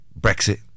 Brexit